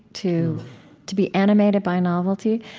to to be animated by novelty.